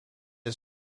its